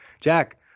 Jack